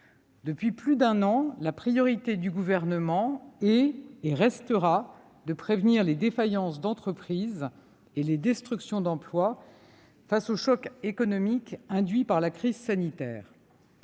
Depuis plus d'un an, la priorité du Gouvernement est et restera de prévenir les défaillances d'entreprises et les destructions d'emplois face au choc économique induit par la crise sanitaire.